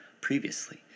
previously